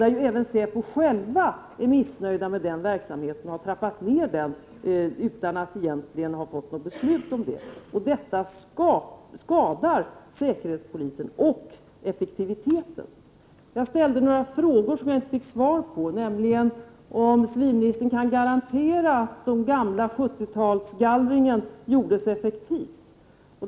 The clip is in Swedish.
Även inom säpo är man missnöjd med den verksamheten och har trappat ned den, utan att något beslut egentligen har fattats om det. Detta skadar säkerhetspolisen och effektiviteten. Jag ställde några frågor som jag inte fick svar på. Den första gällde om civilministern kan garantera att den gamla 70-talsgallringen gjordes effektivt.